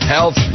Health